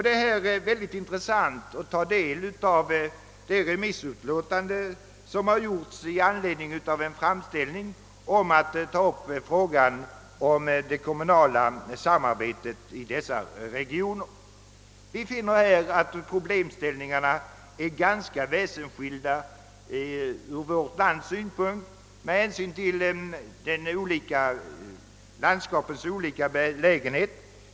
Det är mycket intressant att ta del av de remissutlåtanden som har avgivits i anledning av en framställning om att ta upp frågan om det kommunala samarbetet i dessa regioner. Vi finner av dem att problemställningarna är ganska väsensskilda på grund av landskapens olika belägenhet.